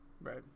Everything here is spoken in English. Right